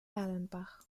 erlenbach